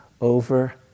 over